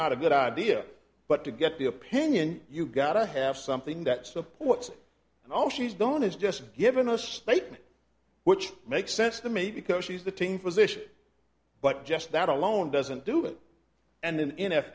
not a good idea but to get the opinion you've got to have something that supports oh she's gone is just given a statement which makes sense to me because she's the team physician but just that alone doesn't do it and then n f